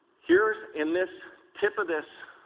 here is, in this tip of this,